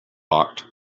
locked